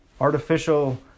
artificial